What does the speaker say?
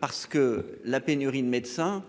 Parce que la pénurie de médecins.